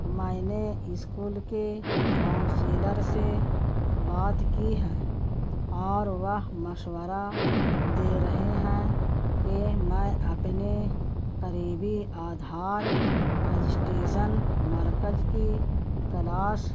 میں نے اسکول کے کاؤنسلر سے بات کی ہے اور وہ مشورہ دے رہے ہیں کہ میں اپنے قریبی آدھار رجسٹریشن مرکز کی کلاش